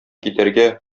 китәргә